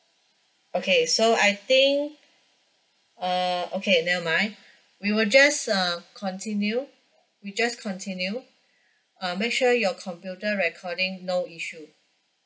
okay so I think err okay never mind we will just err continue we just continue uh make sure your computer recording no issue